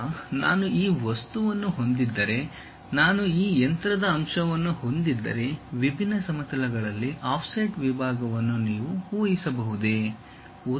ಈಗ ನಾನು ಈ ವಸ್ತುವನ್ನು ಹೊಂದಿದ್ದರೆ ನಾನು ಈ ಯಂತ್ರದ ಅಂಶವನ್ನು ಹೊಂದಿದ್ದರೆ ವಿಭಿನ್ನ ಸಮತಲಗಳಲ್ಲಿ ಆಫ್ಸೆಟ್ ವಿಭಾಗವನ್ನು ನೀವು ಊಹಿಸಬಹುದೇ